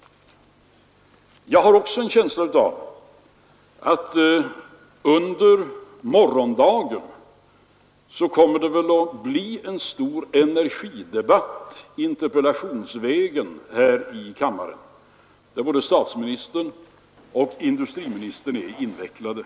Jag har också en känsla av att det under morgondagen kommer att bli en stor energidebatt interpellationsvägen här i kammaren, där både statsministern och industriministern är invecklade.